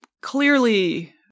clearly